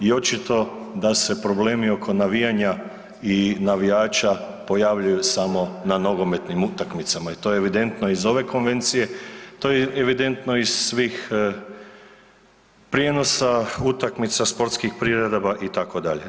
I očito da se problemi oko navijanja i navijača pojavljuju samo na nogometnim utakmicama i to je evidentno iz ove konvencije, to je evidentno iz svih prijenosa utakmica, sportskih priredaba itd.